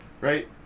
right